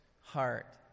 heart